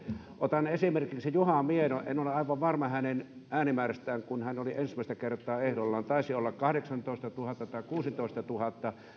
otan esimerkiksi juha miedon en ole aivan varma hänen äänimäärästään kun hän oli ensimmäistä kertaa ehdolla taisi olla kahdeksantoistatuhatta tai kuusitoistatuhatta